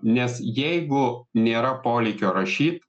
nes jeigu nėra poreikio rašyt